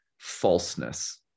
Falseness